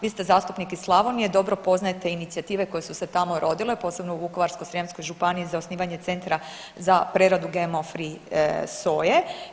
Vi ste zastupnik iz Slavonije, dobro poznajete inicijative koje su se tamo rodile, posebno u Vukovarsko-srijemskoj županiji za osnivanje centra za preradu GMO free soje.